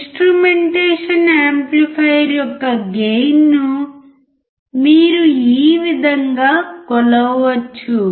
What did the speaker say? instrumentation amplifier యొక్క గెయిన్ను మీరు ఈ విధంగా కొలవవచ్చు